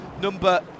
number